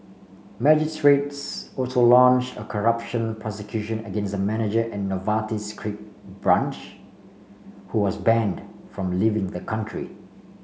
magistrates also launch a corruption prosecution against a manager at Novartis's Greek branch who was banned from leaving the country